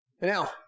Now